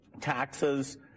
taxes